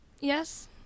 Yes